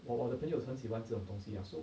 我我的朋友很喜欢这种东西啊 so